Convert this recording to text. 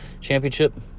championship